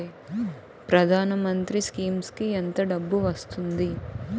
ప్రధాన మంత్రి స్కీమ్స్ కీ ఎంత డబ్బు వస్తుంది?